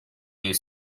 you